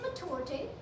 maturity